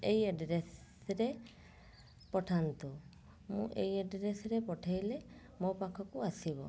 ଏଇ ଆଡ଼୍ରେସରେ ପଠାନ୍ତୁ ମୁଁ ଏଇ ଆଡ଼୍ରେସରେ ପଠାଇଲେ ମୋ ପାଖକୁ ଆସିବ